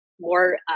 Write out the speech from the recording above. more